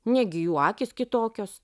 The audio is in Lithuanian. negi jų akys kitokios